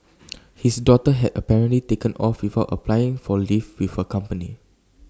his daughter had apparently taken off without applying for leave with her company